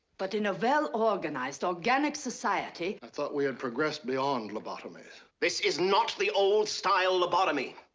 but in a well-organized organic society i thought we'd progressed beyond lobotomies. this is not the old-style lobotomy!